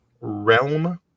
realm